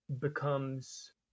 becomes